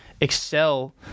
excel